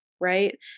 right